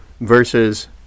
versus